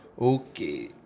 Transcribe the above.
Okay